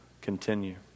continue